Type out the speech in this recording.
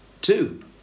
two